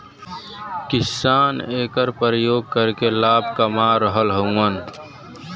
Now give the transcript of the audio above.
किसान एकर परियोग करके लाभ कमा रहल हउवन